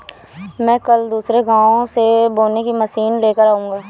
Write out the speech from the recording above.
मैं कल दूसरे गांव से बोने की मशीन लेकर आऊंगा